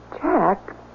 Jack